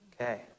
Okay